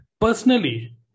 personally